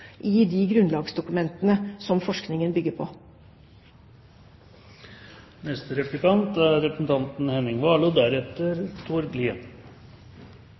i de grunnlagsdokumentene som forskningen bygger på. Jeg er